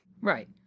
Right